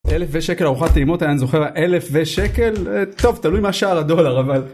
אלף ושקל ארוחת טעימות, אני אני זוכר אלף ושקל, טוב, תלוי מה שער הדולר אבל